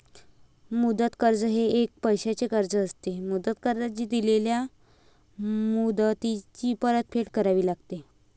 मुदत कर्ज हे एक पैशाचे कर्ज असते, मुदत कर्जाची दिलेल्या मुदतीत परतफेड करावी लागते